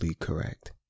correct